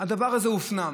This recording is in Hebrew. הדבר הזה הופנם.